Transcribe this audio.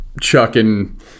chucking